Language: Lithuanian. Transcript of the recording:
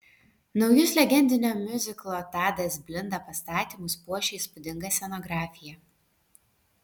naujus legendinio miuziklo tadas blinda pastatymus puošia įspūdinga scenografija